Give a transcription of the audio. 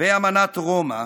ואמנת רומא,